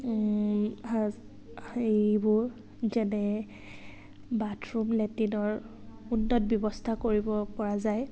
এইবোৰ যেনে বাথৰুম লেট্ৰিনৰ উন্নত ব্যৱস্থা কৰিব পৰা যায়